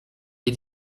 est